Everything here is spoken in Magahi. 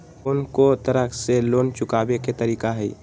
कोन को तरह से लोन चुकावे के तरीका हई?